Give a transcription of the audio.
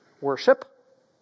worship